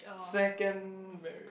second marriage